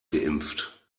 geimpft